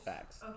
Facts